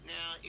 Now